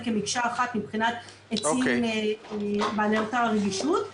כמקשה אחת מבחינת עצים בעלי אותה רגישות.